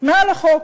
מעל לחוק.